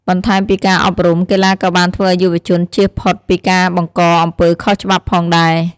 បន្ថែមពីការអប់រំ កីឡាក៏បានធ្វើឲ្យយុវជនជៀសផុតពីការបង្កអំពើខុសច្បាប់ផងដែរ។